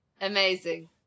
Amazing